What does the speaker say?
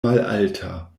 malalta